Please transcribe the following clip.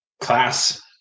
class